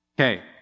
Okay